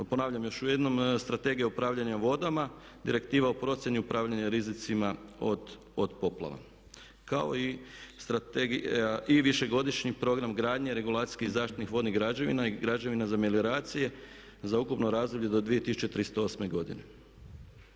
Ponavljam još jednom, Strategija upravljanja vodama, Direktiva o procjeni upravljanja rizicima od poplava kao i Strategija i više godišnji Program gradnje regulacijskih zaštitnih vodnih građevina i građevina za melioracije za ukupno razdoblje do 2038. godine.